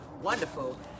wonderful